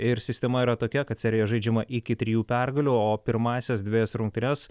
ir sistema yra tokia kad serija žaidžiama iki trijų pergalių o pirmąsias dvejas rungtynes